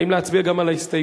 האם להצביע גם על ההסתייגות?